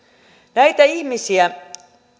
näitä ihmisiä